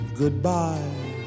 goodbye